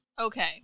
okay